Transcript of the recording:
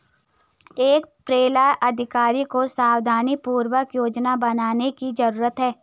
एक पेरोल अधिकारी को सावधानीपूर्वक योजना बनाने की जरूरत है